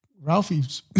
Ralphie's